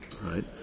right